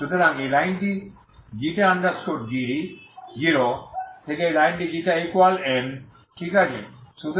সুতরাং এই লাইনটি ξ 0 থেকে এই লাইনটি ξ ইকুয়াল η ঠিক আছে